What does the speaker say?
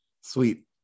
sweet